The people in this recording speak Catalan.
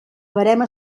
verema